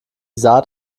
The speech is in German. saat